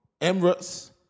Emirates